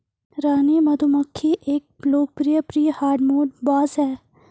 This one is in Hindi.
रानी मधुमक्खी एक लोकप्रिय प्री हार्डमोड बॉस है